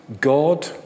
God